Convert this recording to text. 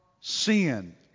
sin